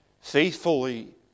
faithfully